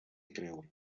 creure